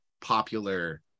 popular